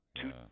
Two